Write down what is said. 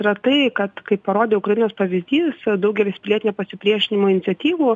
yra tai kad kaip parodė ukrainos pavyzdys daugelis pilietinio pasipriešinimo iniciatyvų